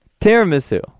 Tiramisu